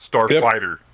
Starfighter